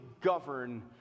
govern